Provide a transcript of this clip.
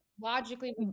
logically